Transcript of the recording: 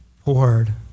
poured